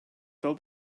adael